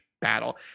battle